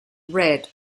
read